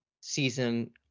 season